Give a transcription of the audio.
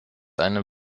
eine